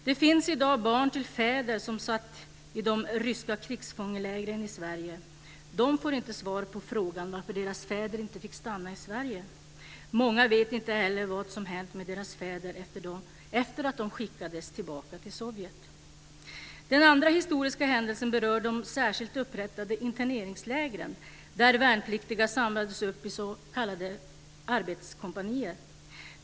Det finns i dag barn till fäder som satt i de ryska krigsfångelägren i Sverige. De får inte svar på frågan varför deras fäder inte fick stanna i Sverige. Många vet inte heller vad som hänt med deras fäder efter att de skickades tillbaka till Sovjet. Den andra historiska händelsen berör de särskilt upprättade interneringslägren där värnpliktiga samlades upp i s.k. arbetskompanier.